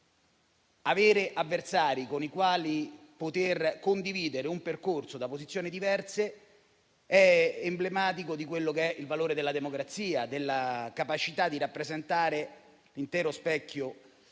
avere avversari con i quali poter condividere un percorso da posizioni diverse è emblematico del valore della democrazia, della capacità di rappresentare l'intero specchio